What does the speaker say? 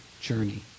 journey